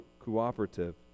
cooperative